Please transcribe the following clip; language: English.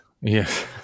Yes